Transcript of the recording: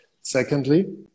Secondly